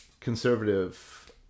conservative